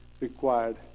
required